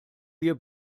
wir